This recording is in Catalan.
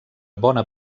bona